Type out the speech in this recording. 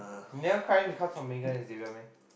never cry because of Megan and Xavier meh